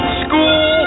school